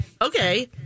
okay